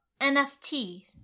nft